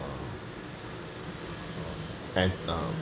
and um